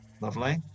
Lovely